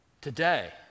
today